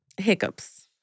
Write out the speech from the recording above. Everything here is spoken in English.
hiccups